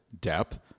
depth